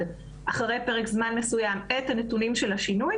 אחרי פרק זמן מסוים היא מספקת למשרד את הנתונים של השינוי,